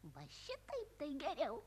va šitaip tai geriau